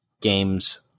games